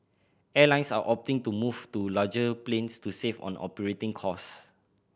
airlines are opting to move to larger planes to save on operating cost